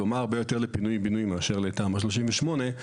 דומה הרבה יותר לפינוי בינוי מאשר לתמ"א 38,